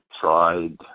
tried